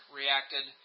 reacted